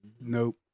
Nope